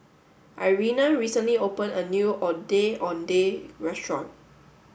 Irena recently opened a new Ondeh Ondeh restaurant